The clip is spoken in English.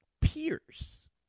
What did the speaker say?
peers